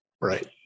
Right